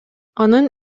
анын